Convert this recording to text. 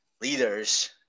leaders